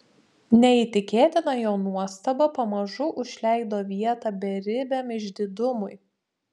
neįtikėtina jo nuostaba pamažu užleido vietą beribiam išdidumui